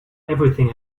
everything